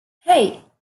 hey